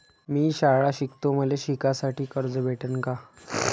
मी शाळा शिकतो, मले शिकासाठी कर्ज भेटन का?